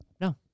no